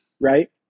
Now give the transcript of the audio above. right